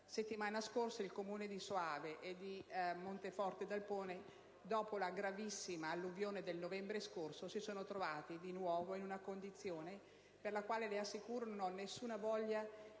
settimana scorsa i Comuni di Soave e di Monteforte d'Alpone, dopo la gravissima alluvione del novembre scorso, si sono trovati di nuovo in una condizione sconfortante; le assicuro che non ho alcuna voglia di